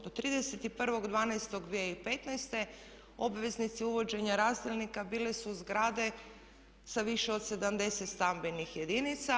Do 31.12.2015. obveznici uvođenja razdjelnika bile su zgrade sa više od 70 stambenih jedinica.